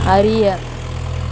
அறிய